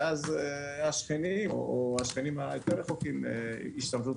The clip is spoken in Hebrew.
ואז השכנים או השכנים היותר רחוקים ישתמשו,